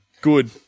Good